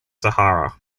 sahara